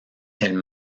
elle